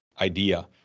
idea